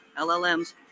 LLMs